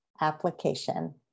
application